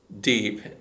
deep